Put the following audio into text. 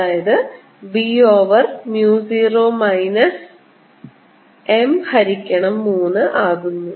അതായത് അത് b over mu 0 minus m ഹരിക്കണം 3 ആകുന്നു